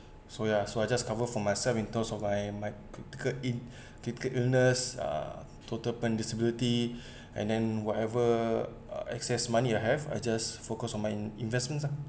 so ya so I just cover for myself in terms of my my critical in critical illness uh total disability and then whatever uh excess money I have I just focus on my in~ investments lah